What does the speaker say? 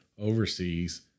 overseas